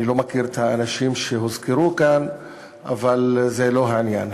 אני לא מכיר את האנשים שהוזכרו כאן אבל זה לא העניין.